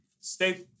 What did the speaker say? Stay